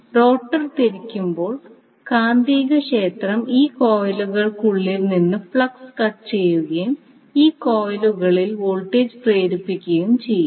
rotor തിരിക്കുമ്പോൾ കാന്തികക്ഷേത്രം ഈ കോയിലുകളിൽ നിന്നുള്ള ഫ്ലക്സ് കട്ട് ചെയ്യുകയും ഈ കോയിലുകളിൽ വോൾട്ടേജ് പ്രേരിപ്പിക്കുകയും ചെയ്യും